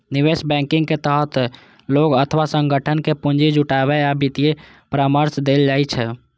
निवेश बैंकिंग के तहत लोग अथवा संगठन कें पूंजी जुटाबै आ वित्तीय परामर्श देल जाइ छै